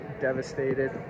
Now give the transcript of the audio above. devastated